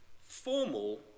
formal